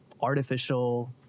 artificial